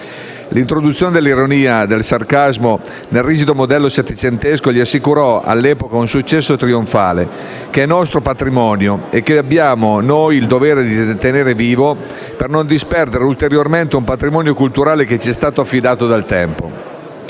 L'introduzione dell'ironia e del sarcasmo nel rigido modello settecentesco gli assicurò all'epoca un successo trionfale che è nostro patrimonio e che abbiamo il dovere di tenere vivo, per non disperdere ulteriormente un patrimonio culturale che ci è stato affidato dal tempo.